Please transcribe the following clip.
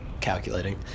calculating